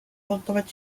ootavad